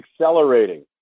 accelerating